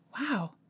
Wow